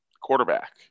quarterback